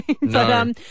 No